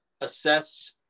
assess